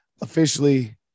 officially